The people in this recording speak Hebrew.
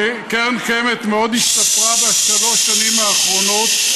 שקרן קיימת מאוד השתפרה בשלוש השנים האחרונות.